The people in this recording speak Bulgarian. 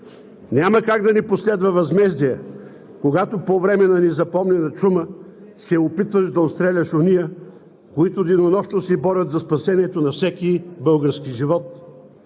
Няма как да не последва възмездие, когато по време на незапомнена чума се опитваш да отстреляш ония, които денонощно се борят за спасението на всеки български живот.